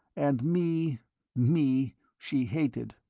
and me me she hated.